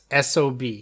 SOB